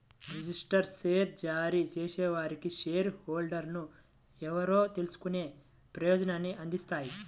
registered share జారీ చేసేవారికి share హోల్డర్లు ఎవరో తెలుసుకునే ప్రయోజనాన్ని అందిస్తాయి